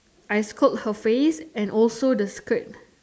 I scope her face and also the skirt